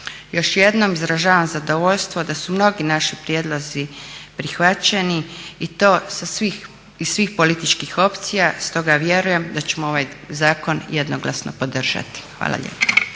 Još jednom izražavam zadovoljstvo da su mnogi naši prijedlozi prihvaćeni i to iz svih političkih opcija stoga vjerujem da ćemo ovaj zakon jednoglasno podržati. Hvala lijepa.